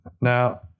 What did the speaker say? Now